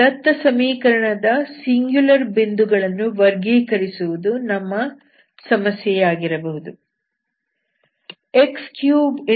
ದತ್ತ ಸಮೀಕರಣದ ಸಿಂಗ್ಯುಲರ್ ಬಿಂದುಗಳನ್ನು ವರ್ಗೀಕರಿಸುವುದು ನಮ್ಮ ಸಮಸ್ಯೆಯಾಗಿರಬಹುದು